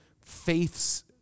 faiths